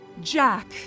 Jack